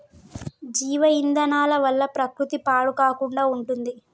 జీవ ఇంధనాల వల్ల ప్రకృతి పాడు కాకుండా ఉంటుంది